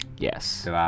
Yes